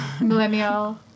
millennial